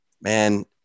man